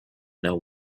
know